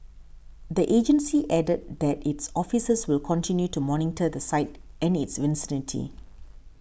the agency added that its officers will continue to monitor the site and its vicinity